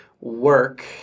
work